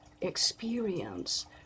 experience